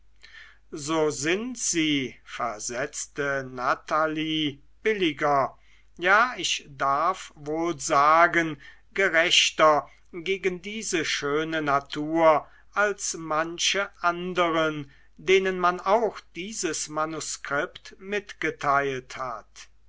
so sind sie versetzte natalie billiger ja ich darf wohl sagen gerechter gegen diese schöne natur als manche anderen denen man auch dieses manuskript mitgeteilt hat